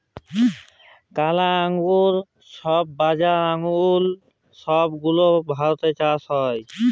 কালা আঙ্গুর, ছইবজা আঙ্গুর ছব গুলা ভারতে চাষ ক্যরে